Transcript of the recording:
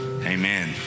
Amen